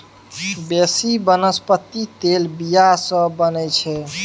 बेसी बनस्पति तेल बीया सँ बनै छै